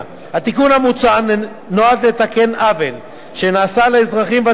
התיקון המוצע נועד לתקן עוול שנעשה לאזרחים ותיקים,